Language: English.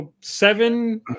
seven